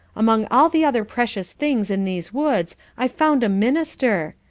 among all the other precious things in these woods i've found a minister.